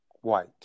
white